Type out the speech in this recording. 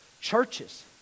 Churches